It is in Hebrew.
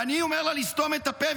ואני אומר לה לסתום את הפה.